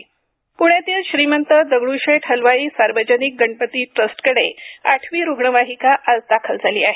प्ण्यातील श्रीमंत दगड्रशेठ हलवाई सार्वजनिक गणपती ट्रस्टकडे आठवी रुग्णवाहिका आज दाखल झाली आहे